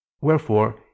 Wherefore